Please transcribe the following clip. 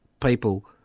people